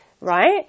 right